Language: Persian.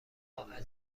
عجله